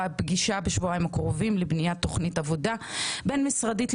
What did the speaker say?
פגישה בשבועיים הקרובים לבניית תכנית עבודה בין משרדית,